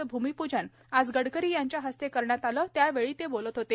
चं भूमिप्जन आज गडकरी यांच्या हस्ते करण्यात आलं त्यावेळी ते बोलत होते